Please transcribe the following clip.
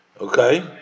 Okay